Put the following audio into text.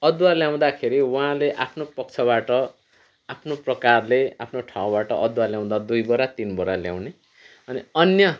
अदुवा ल्याउँदाखेरि उहाँले आफ्नो पक्षबाट आफ्नो प्रकारले आफ्नो ठाउँबाट अदुवा ल्याउँदा दुई बोरा तिन बोरा ल्याउने अनि अन्य